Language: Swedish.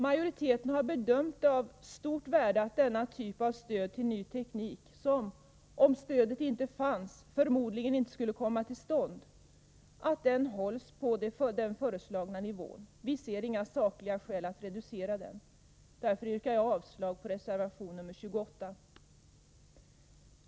Majoriteten har bedömt det vara av stort värde att denna typ av stöd till ny teknik, som utan detta stöd förmodligen inte skulle kunna införas, bibehålls på den föreslagna nivån. Vi ser inga sakliga skäl att reducera stödet. Därför yrkar jag avslag på reservation nr 28.